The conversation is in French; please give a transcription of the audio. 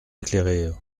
éclairée